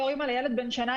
בתור אמא לילד בן שנה,